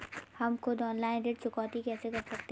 हम खुद ऑनलाइन ऋण चुकौती कैसे कर सकते हैं?